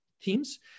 teams